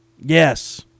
Yes